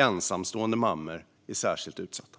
Ensamstående mammor är särskilt utsatta.